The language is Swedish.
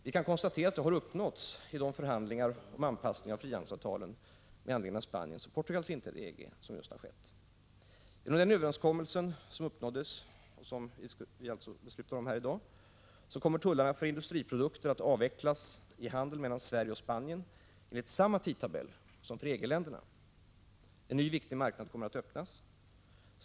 Vi kan konstatera att det har uppnåtts i de förhandlingar om anpassning av frihandelsavtalen med anledning av Portugals och Spaniens inträde i EG, som just har skett. Enligt den överenskommelse som träffades och som vi alltså skall fatta beslut om här i dag kommer tullarna på industriprodukter att avvecklas i handeln mellan Sverige och Spanien enligt samma tidtabell som för EG-länderna. En ny viktig marknad kommer att öppnas.